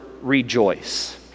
rejoice